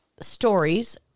stories